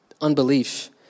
unbelief